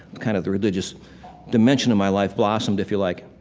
kind of the religious dimension of my life blossomed, if you like.